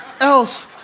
else